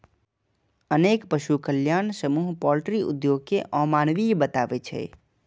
अनेक पशु कल्याण समूह पॉल्ट्री उद्योग कें अमानवीय बताबै छै